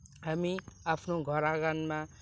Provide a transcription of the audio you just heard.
हामी आफ्नो घर आँगनमा